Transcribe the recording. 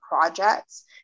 projects